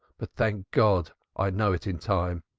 but thank god i know it in time.